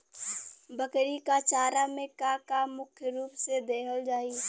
बकरी क चारा में का का मुख्य रूप से देहल जाई?